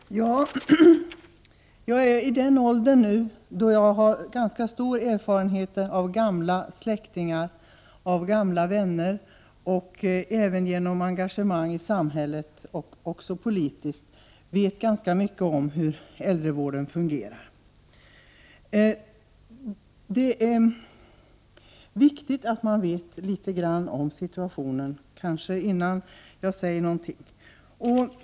Fru talman! Jag är nu i den åldern då jag har ganska stor erfarenhet av gamla släktingar och av gamla vänner. Genom engagemang i samhället, också politiskt, vet jag ganska mycket om hur äldrevården fungerar. Det är viktigt att känna till litet om situationen. Fru talman!